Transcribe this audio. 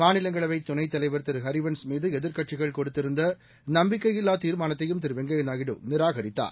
மாநிலங்களவை துணைத்தலைவர் திரு ஹரிவன்ஸ் மீது எதிர்க்கட்சிகள் கொடுத்திருந்த நம்பிக்கையில்லா தீர்மானத்தையும் திரு வெங்கையா நாயுடு நிராகரித்தார்